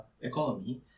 economy